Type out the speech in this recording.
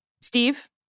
Steve